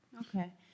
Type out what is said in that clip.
Okay